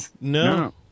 no